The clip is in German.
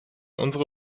unsere